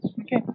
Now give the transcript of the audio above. Okay